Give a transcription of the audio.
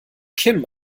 kim